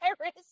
Iris